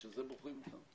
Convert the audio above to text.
בשביל זה בוחרים אותנו.